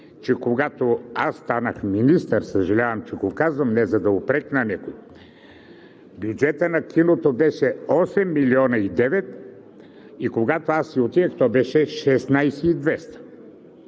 че когато аз станах министър – съжалявам, че го казвам не за да упрекна някого, бюджетът на киното беше 8,9 милиона и когато аз си отидох, то беше 16,200.